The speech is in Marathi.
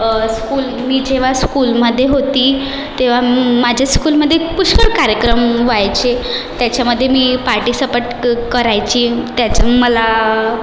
स्कूल मी जेव्हा स्कूलमध्ये होती तेव्हा माझ्या स्कूलमध्ये पुष्कळ कार्यक्रम व्हायचे त्याच्यामध्ये मी पार्टीसपट करायची त्याचं मला